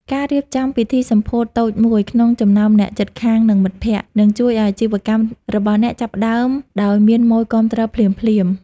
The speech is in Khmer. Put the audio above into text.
ការរៀបចំ "ពិធីសម្ពោធតូចមួយ" ក្នុងចំណោមអ្នកជិតខាង និងមិត្តភក្តិ នឹងជួយឱ្យអាជីវកម្មរបស់អ្នកចាប់ផ្ដើមដោយមានម៉ូយគាំទ្រភ្លាមៗ។